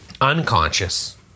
unconscious